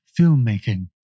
filmmaking